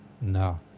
No